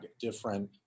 different